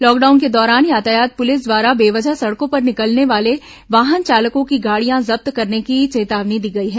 lockdown के दौरान यातायात पुलिस द्वारा बेवजह सड़कों पर निकलने वाले वाहन चालकों की गाड़ियां जब्त करने की चेतावनी दी गई है